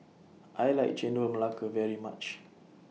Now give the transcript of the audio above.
I like Chendol Melaka very much